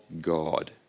God